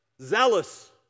zealous